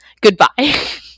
goodbye